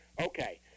Okay